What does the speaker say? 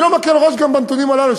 אני לא מקל ראש גם בנתונים הללו,